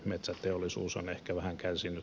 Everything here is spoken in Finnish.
metsäteollisuus on ehkä vähän kärsinyt